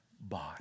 body